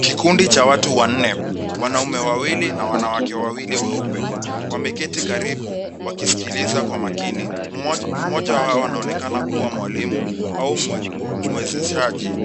Kikundi cha watu wanne, wanaume wawili na wanawake wawili weupe wameketi karibu wakisikiliza kwa makini. Mmoja wao anaonekana kuwa mwalimu au mwezeshaji